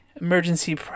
emergency